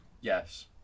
Yes